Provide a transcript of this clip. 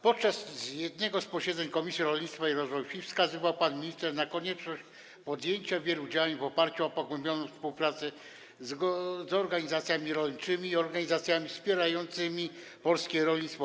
Podczas jednego z posiedzeń Komisji Rolnictwa i Rozwoju Wsi pan minister wskazywał na konieczność podjęcia wielu działań w oparciu o pogłębioną współpracę z organizacjami rolniczymi i organizacjami wspierającymi polskie rolnictwo.